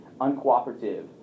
uncooperative